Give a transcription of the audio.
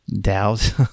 Dow's